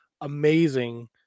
amazing